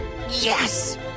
Yes